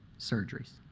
surgeries.